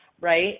right